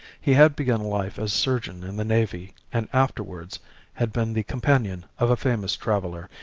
he had begun life as surgeon in the navy, and afterwards had been the companion of a famous traveller,